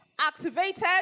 activated